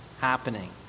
happening